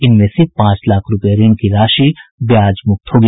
इसमें से पांच लाख रूपये ऋण की राशि ब्याज मुक्त होगी